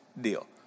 deal